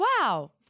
wow